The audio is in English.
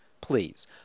Please